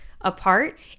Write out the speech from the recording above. apart